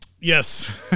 Yes